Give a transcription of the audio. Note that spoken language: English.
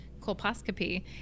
colposcopy